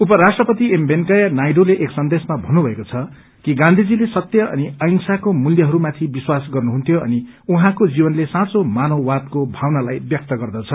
उपष्ट्रपति एमवेकैया नायडूले एक सन्देशमा भन्नुभएको छ कि गान्धीजीले सत्य अनि अंहिसाको मूल्यहरूमाथि विश्वास गर्नुहुन्थ्यो अनि उहाँको जीवनले साँचो मानववादको भावनालाई व्यश्तक गद्रछ